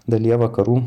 dalyje vakarų